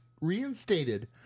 reinstated